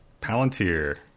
Palantir